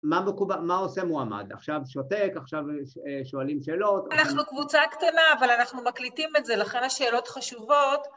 מה עושה מועמד? עכשיו שותק, עכשיו שואלים שאלות. אנחנו קבוצה קטנה אבל אנחנו מקליטים את זה, לכן השאלות חשובות